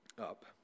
up